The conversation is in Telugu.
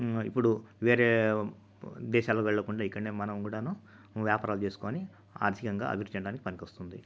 ఇప్పుడు వేరే దేశాలు వెళ్ళకుండా ఇక్కడనే మనం కూడాను వ్యాపారాలు చేసుకొని ఆర్థికంగా అభివృద్ధి చెందడానికి పనికొస్తుంది